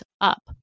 up